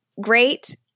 great